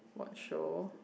what show